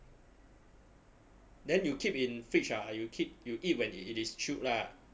then you keep in fridge ah you keep you eat when it is chilled lah